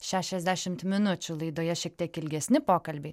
šešiasdešimt minučių laidoje šiek tiek ilgesni pokalbiai